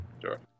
Sure